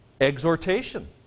exhortation